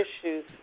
issues